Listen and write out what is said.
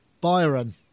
Byron